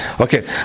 Okay